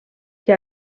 que